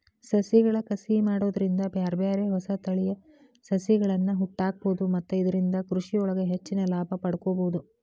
ಸಸಿಗಳ ಕಸಿ ಮಾಡೋದ್ರಿಂದ ಬ್ಯಾರ್ಬ್ಯಾರೇ ಹೊಸ ತಳಿಯ ಸಸಿಗಳ್ಳನ ಹುಟ್ಟಾಕ್ಬೋದು ಮತ್ತ ಇದ್ರಿಂದ ಕೃಷಿಯೊಳಗ ಹೆಚ್ಚಿನ ಲಾಭ ಪಡ್ಕೋಬೋದು